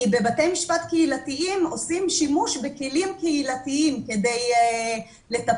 בבתי משפט קהילתיים עושים שימוש בכלים קהילתיים כדי לטפל